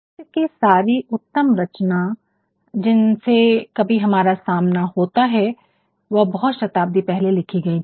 साहित्य की सारी उत्तम रचना जिनसे कभी हमारा सामना होता है वह बहुत शताब्दी पहले लिखी गई थी